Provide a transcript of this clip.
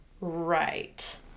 Right